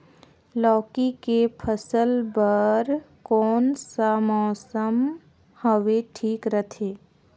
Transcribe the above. लौकी के फसल बार कोन सा मौसम हवे ठीक रथे?